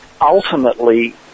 Ultimately